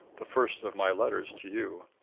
the first of my letters to you.